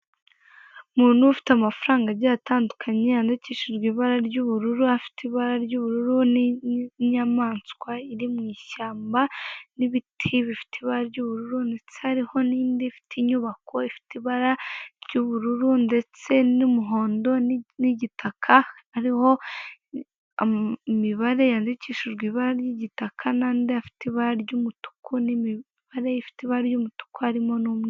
Gukoresha uburyo bwo hutimiza ibyo waguze bigira akamaro kanini cyane: harimo gukwirakwiza ibicuruzwa mu bice byose, harimo kongera ikoranabuhanga. Kuko gutumiza ibyo waguze, bifasha n'ikoranabuhanga nk'uburyo bwa telefoni cyangwa porogame, bigafasha abakiriya kumenya ibyo bakeneye nta mbogamizi. Kandi bishobora gushyigikira ubucuruzi bw'abakora ibintu bigiye bitandukanye, nk'uruge ro vuba. Waba ushaka amakuru arambuye ku kigo runaka cy'izi serivisi cyangwa uko bigenda? Hano turimo turabona uburyo ushobora kugura imyenda y'abagore, cyangwa se imyenda y'abana, ukoresheje ikoranabuhanga.